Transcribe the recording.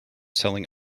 selling